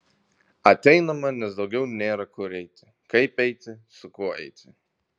ateinama nes daugiau nėra kur eiti kaip eiti su kuo eiti